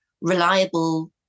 reliable